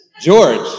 George